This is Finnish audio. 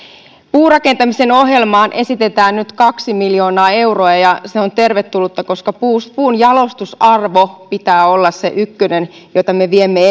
puurakentamisen ohjelmaan esitetään nyt kaksi miljoonaa euroa ja ja se on tervetullutta koska puun puun jalostusarvon pitää olla se ykkönen jota me viemme